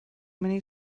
many